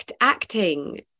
acting